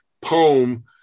poem